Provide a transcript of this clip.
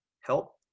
help